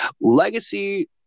Legacy